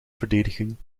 verdedigen